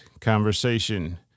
conversation